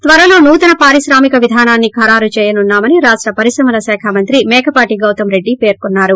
త్వరలో నూతన స పారిశ్రామిక విధానాన్ని ఖరారు చేయనున్నామని కాష్ణ పరిశ్రమల కాఖ మంత్రి మేకపాటి గౌతమ్రెడ్డి పేర్కొన్నారు